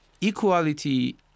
Equality